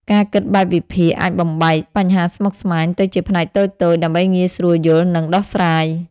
ការគិតបែបវិភាគ អាចបំបែកបញ្ហាស្មុគស្មាញទៅជាផ្នែកតូចៗ ដើម្បីងាយស្រួលយល់ និងដោះស្រាយ។